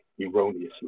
erroneously